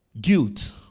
guilt